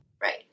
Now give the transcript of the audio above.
Right